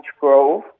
grove